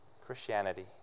Christianity